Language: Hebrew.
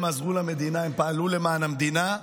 הם עזרו למדינה, הם פעלו למען המדינה,